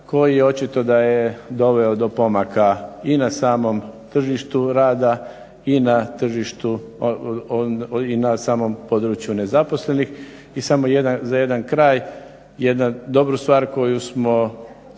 koji očito da je doveo do pomaka i na samom tržištu rada i na samom području nezaposlenih. I samo za jedan kraj jednu dobru stvar koju smo